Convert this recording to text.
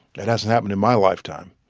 that hasn't happened in my lifetime,